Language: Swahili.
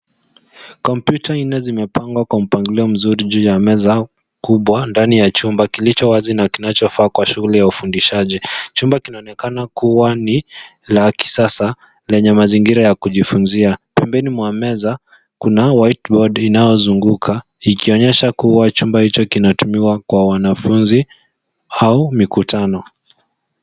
Kompyuta nne zimepangwa kwa mpangilio mzuri juu ya meza kubwa ndani ya chumba kilicho wazi na kinachofaa kwa shughuli ya ufundishaji. Chumba kinaonekana kuwa ni la kisasa lenye mazingira ya kujifunzia. Pembeni mwa meza kuna whiteboard inaozunguka, ikionyesha kuwa chumba hicho kinatumiwa kwa wanafunzi au mikutano.